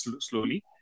slowly